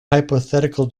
hypothetical